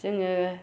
जोङो